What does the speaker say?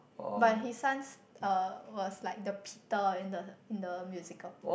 but his sons uh was like the Peter in the in the musical